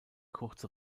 kurze